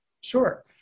Sure